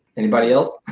anybody else